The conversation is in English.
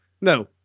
no